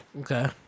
Okay